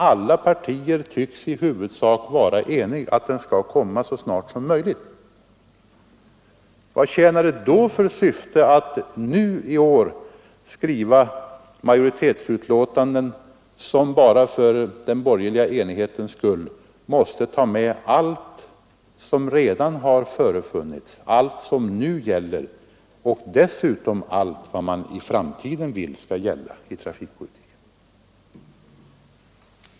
Alla partier tycks ju i huvudsak vara eniga om att den nya trafikpolitiken bör beslutas så snart som möjligt. Vad tjänar det då för syfte att i år skriva ett majoritetsbetänkande som bara för den borgerliga enighetens skull måste ta med allt som redan finns och som nu gäller och dessutom allt som man vill skall gälla i framtiden i fråga om trafikpolitiken?